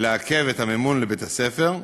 לעכב את המימון לבית-הספר,